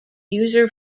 user